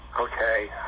okay